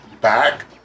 back